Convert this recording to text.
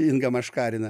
inga maškarina